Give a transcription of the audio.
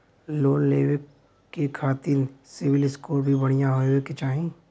Loan लेवे के खातिन सिविल स्कोर भी बढ़िया होवें के चाही?